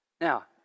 Now